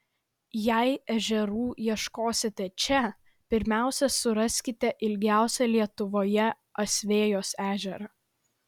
jei ežerų ieškosite čia pirmiausia suraskite ilgiausią lietuvoje asvejos ežerą